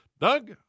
Doug